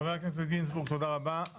חבר הכנסת גינזבורג, תודה רבה.